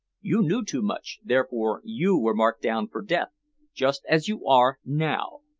you knew too much, therefore you were marked down for death just as you are now.